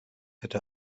hätte